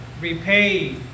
repay